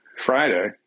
Friday